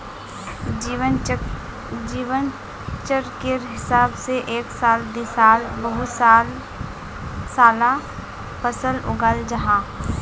जीवन चक्रेर हिसाब से एक साला दिसाला बहु साला फसल उगाल जाहा